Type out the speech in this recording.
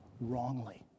wrongly